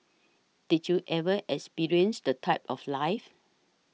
did you ever experience the type of life